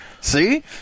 see